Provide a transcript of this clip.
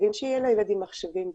חייבים שיהיו לילדים מחשבים,